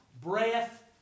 breath